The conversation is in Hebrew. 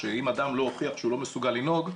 אם אדם לא הוכיח שהוא לא מסוגל לנהוג,